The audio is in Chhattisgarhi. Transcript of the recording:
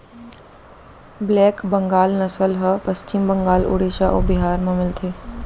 ब्लेक बंगाल नसल ह पस्चिम बंगाल, उड़ीसा अउ बिहार म मिलथे